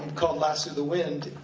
called lasso the wind,